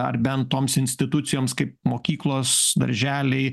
ar bent toms institucijoms kaip mokyklos darželiai